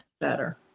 better